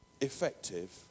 effective